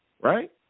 Right